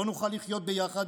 לא נוכל לחיות ביחד,